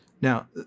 Now